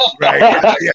right